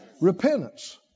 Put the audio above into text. Repentance